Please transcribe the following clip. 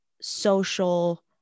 social